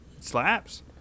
Slaps